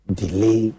delay